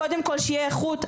קודם שתהיה איכות,